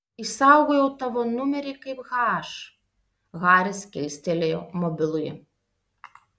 išsaugojau tavo numerį kaip h haris kilstelėjo mobilųjį